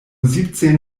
siebzehn